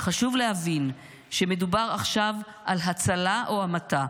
--- חשוב להבין שמדובר עכשיו על הצלה או המתה.